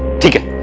to